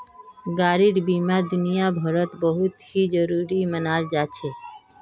गाडी बीमा दुनियाभरत बहुत ही जरूरी मनाल जा छे